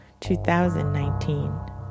2019